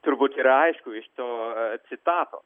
turbūt yra aišku iš to citato